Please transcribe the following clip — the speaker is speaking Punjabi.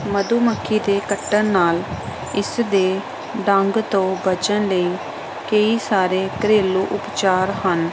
ਮਧੂ ਮੱਖੀ ਦੇ ਕੱਟਣ ਨਾਲ ਇਸ ਦੇ ਡੰਗ ਤੋਂ ਬਚਣ ਲਈ ਕਈ ਸਾਰੇ ਘਰੇਲੂ ਉਪਚਾਰ ਹਨ